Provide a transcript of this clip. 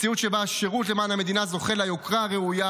מציאות שבה השירות למען המדינה זוכה ליוקרה הראויה